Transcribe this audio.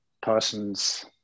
person's